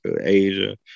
Asia